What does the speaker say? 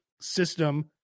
system